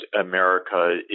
America